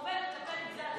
שמכוונת כלפי מגזר אחד,